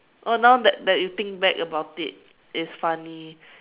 oh now that that you think back about it it's funny